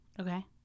Okay